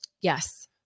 Yes